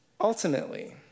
Ultimately